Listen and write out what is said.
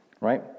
Right